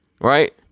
Right